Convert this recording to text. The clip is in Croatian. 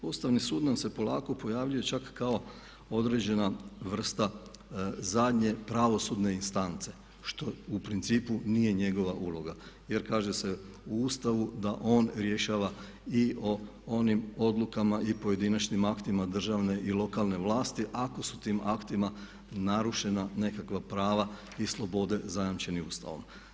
Ustavni sud nam se polako pojavljuje čak kao određena vrsta zadnje pravosudne instance što u principu nije njegova uloga jer kaže se u Ustavu da on rješava i o onim odlukama i pojedinačnim aktima državne i lokalne vlasti ako su tim aktima narušena nekakva prava i slobode zajamčeni Ustavom.